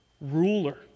ruler